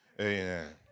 amen